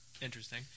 interesting